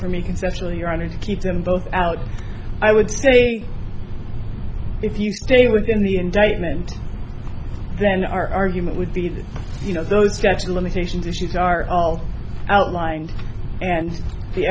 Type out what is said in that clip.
for me conceptually your honor to keep them both out i would say if you stay within the indictment then our argument would be that you know those facts the limitations issues are all outlined and the